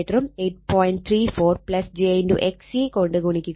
34 j XC കൊണ്ട് ഗുണിക്കുക